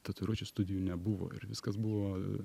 tatuiruočių studijų nebuvo ir viskas buvo